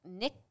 Nick